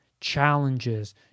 challenges